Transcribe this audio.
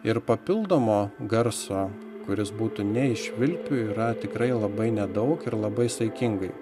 ir papildomo garso kuris būtų ne iš švilpių yra tikrai labai nedaug ir labai saikingai